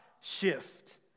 shift